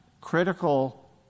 critical